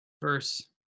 Verse